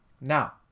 Now